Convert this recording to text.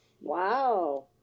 Wow